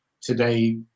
today